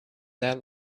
their